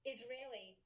Israeli